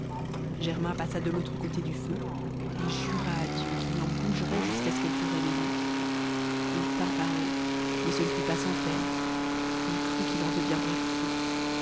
germain passa de l'autre côté du feu et jura à dieu qu'il n'en bougerait jusqu'à ce qu'elle fût réveillée il tint parole mais ce ne fut pas sans peine il crut qu'il en deviendrait fou